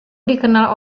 dikenal